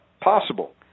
possible